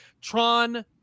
tron